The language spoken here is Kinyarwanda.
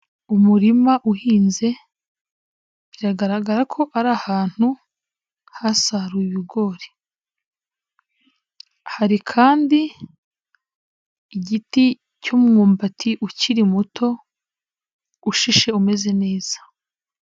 Umurima uhinze biragaragara ko ari ahantu hasaruwe ibigori, hari igiti cy'umwumbati ukiri muto ushishe umeze neza.